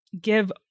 give